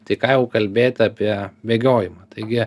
tai ką jau kalbėt apie bėgiojimą taigi